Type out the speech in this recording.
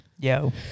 Yo